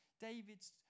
David's